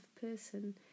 person